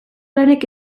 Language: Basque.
lanek